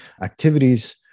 activities